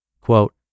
Quote